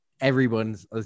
everyone's